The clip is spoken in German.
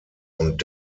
und